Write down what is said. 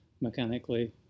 mechanically